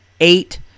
eight